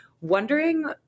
wondering